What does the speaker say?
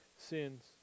sins